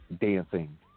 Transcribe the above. Dancing